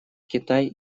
китай